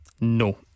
No